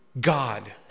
God